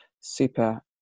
super